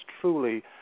truly